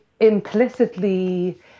implicitly